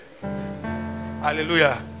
Hallelujah